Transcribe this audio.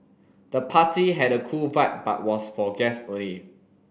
the party had a cool vibe but was for guests only